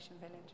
village